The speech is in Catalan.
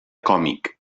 còmic